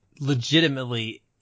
legitimately